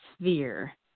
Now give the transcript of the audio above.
sphere